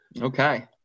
Okay